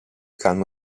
calmo